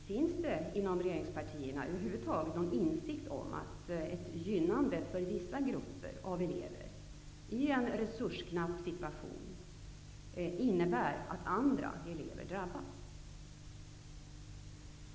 Finns det inom regeringspartierna över huvud taget någon insikt om att ett gynnande av vissa grupper av elever i en resursknapp situation innebär att andra elever drabbas?